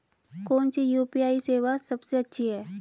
कौन सी यू.पी.आई सेवा सबसे अच्छी है?